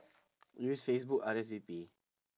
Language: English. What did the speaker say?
use facebook R_S_V_P